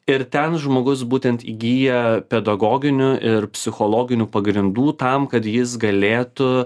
ir ten žmogus būtent įgyja pedagoginių ir psichologinių pagrindų tam kad jis galėtų